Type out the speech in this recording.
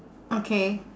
okay